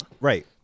Right